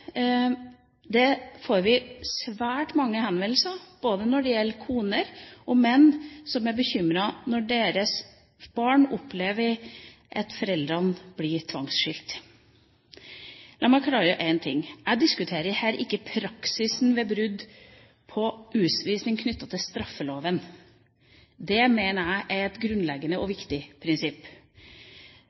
får vi svært mange henvendelser fra koner og menn som er bekymret når deres barn opplever å bli tvangsskilt fra foreldrene. La meg klargjøre én ting: Jeg diskuterer her ikke praksisen for utvisning ved brudd på straffeloven. Det mener jeg er et grunnleggende og viktig prinsipp.